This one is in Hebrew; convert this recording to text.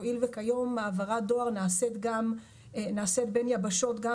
הואיל וכיום העברת דואר נעשית בין יבשות גם